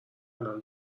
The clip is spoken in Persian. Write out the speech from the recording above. الان